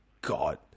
God